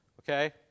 Okay